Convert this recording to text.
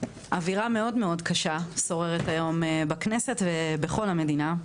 אווירה מאוד מאוד קשה שוררת היום בכנסת ובכל המדינה,